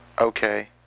Okay